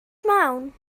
mewn